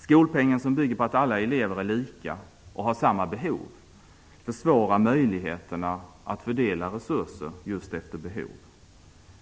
Skolpengen, som bygger på att alla elever är lika och har samma behov, försvårar möjligheterna att fördela resurser just efter behov.